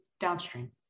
downstream